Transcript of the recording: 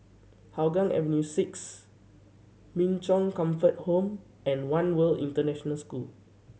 Hougang Avenue Six Min Chong Comfort Home and One World International School